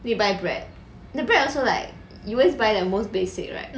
then you buy bread the bread also like you also buy the most basic right